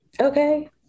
Okay